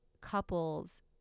couples